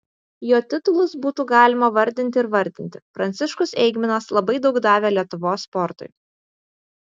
jo titulus būtų galima vardinti ir vardinti pranciškus eigminas labai daug davė lietuvos sportui